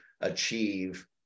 achieve